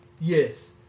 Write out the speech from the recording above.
Yes